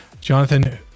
Jonathan